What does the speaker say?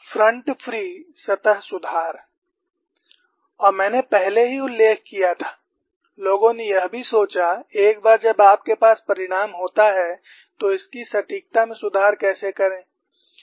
front free सतह सुधार और मैंने पहले ही उल्लेख किया था लोगों ने यह भी सोचा एक बार जब आपके पास परिणाम होता है तो इसकी सटीकता में सुधार कैसे करें